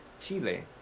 chile